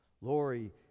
Lori